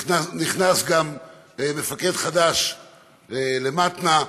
גם נכנס מפקד חדש למתנ"ע,